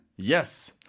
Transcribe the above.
Yes